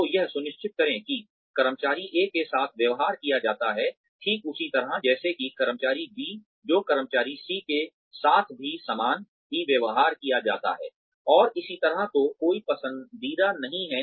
तो यह सुनिश्चित करें कि कर्मचारी A के साथ व्यवहार किया जाता है ठीक उसी तरह जैसे कि कर्मचारी B जो कर्मचारी C के के साथ भी समान ही व्यवहार किया जाता है और इसी तरह तो कोई पसंदीदा नहीं है